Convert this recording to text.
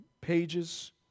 Pages